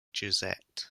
josette